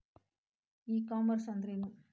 E commerce ಅಂದ್ರೇನು?